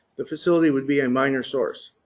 the facility would be a minor source.